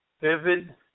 vivid